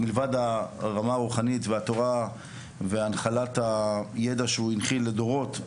מלבד הרמה הרוחנית והתורה והנחלת הידע שהוא הנחיל לדורות,